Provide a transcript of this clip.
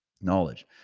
knowledge